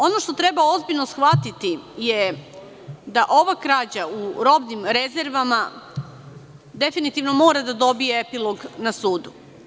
Ono što treba ozbiljno shvatiti je da ova krađa u robnim rezervama definitivno mora da dobije epilog na sudu.